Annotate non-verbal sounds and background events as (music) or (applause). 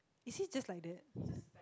is he just like that (breath)